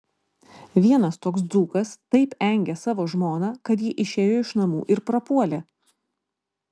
vienas toks dzūkas taip engė savo žmoną kad ji išėjo iš namų ir prapuolė